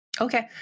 okay